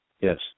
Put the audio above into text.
Yes